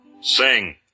Sing